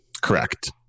Correct